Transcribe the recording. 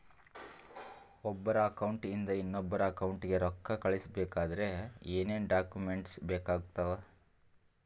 ಒಬ್ಬರ ಅಕೌಂಟ್ ಇಂದ ಇನ್ನೊಬ್ಬರ ಅಕೌಂಟಿಗೆ ರೊಕ್ಕ ಕಳಿಸಬೇಕಾದ್ರೆ ಏನೇನ್ ಡಾಕ್ಯೂಮೆಂಟ್ಸ್ ಬೇಕಾಗುತ್ತಾವ?